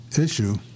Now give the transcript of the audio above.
issue